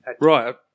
Right